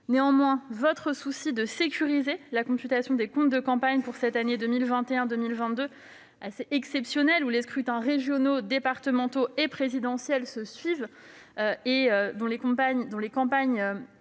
Gouvernement. Votre souci de sécuriser la computation des comptes de campagne pour cette période 2021-2022 un peu exceptionnelle, où les scrutins régionaux, départementaux et présidentiels se suivent, si bien que les campagnes